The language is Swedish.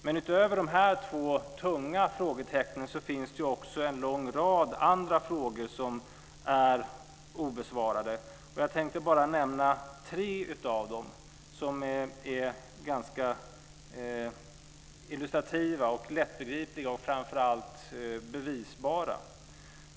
Men utöver de här två tunga frågetecknen finns det en lång rad andra frågor som är obesvarade. Jag tänker bara nämna tre av dem som är ganska illustrativa, lättbegripliga och framför allt bevisbara.